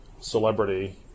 celebrity